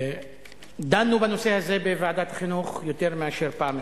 דנו בנושא הזה בוועדת החינוך יותר מפעם אחת,